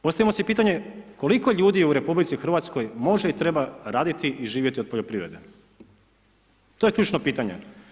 Postavimo si pitanje koliko ljudi u RH, može i treba raditi i živjeti od poljoprivrede, to je ključno pitanje.